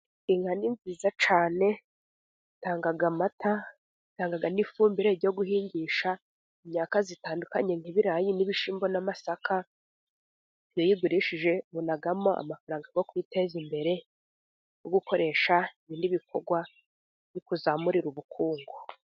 Inka ni nziza cyane, itanga amata itanga n'ifumbire yo guhingisha imyaka itandukanye, ibirayi n'ibishyimbo n'amasaka. Iyo uyigurishije ubonamo amafaranga yo kwiteza imbere, no gukoresha ibindi bikorwa bikuzamurira ubukungu.